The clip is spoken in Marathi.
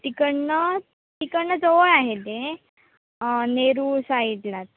तिकडून तिकडून जवळ आहे ते नेरूर साईडलाच